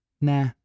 nah